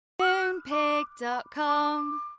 Moonpig.com